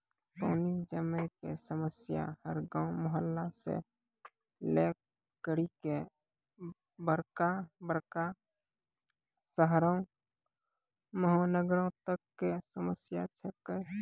पानी जमै कॅ समस्या हर गांव, मुहल्ला सॅ लै करिकॅ बड़का बड़का शहरो महानगरों तक कॅ समस्या छै के